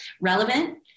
relevant